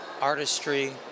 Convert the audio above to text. artistry